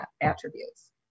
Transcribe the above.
attributes